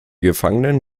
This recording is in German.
gefangenen